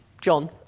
john